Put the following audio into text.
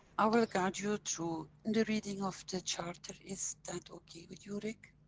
i will guide you through and the reading of the charter, is that okay with you rick.